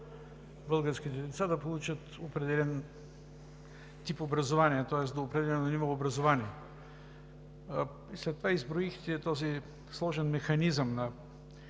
българските деца да получат определен тип образование, тоест до определено ниво образование, след това изброихте този сложен механизъм на